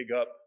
up